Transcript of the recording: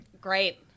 Great